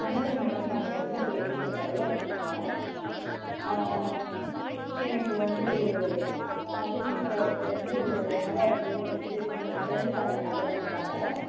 வணக்கங்க மேடம் நாங்கள் தருமபுரிலேருந்து சரளா பேசுகிறோம் எனக்கு வந்து ஹரினி ட்ராவல்ஸ்லேருந்து நல்லாருக்குது ஃபெசிலிட்டினு உங்கள் ஃப்ரெண்டு தான் இந்த நம்பர் கொடுத்தாங்க